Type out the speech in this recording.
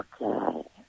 okay